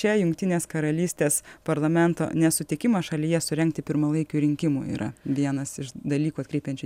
čia jungtinės karalystės parlamento nesutikimą šalyje surengti pirmalaikių rinkimų yra vienas iš dalykų atkreipiančių